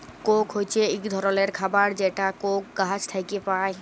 Coke হছে ইক ধরলের খাবার যেটা কোক গাহাচ থ্যাইকে পায়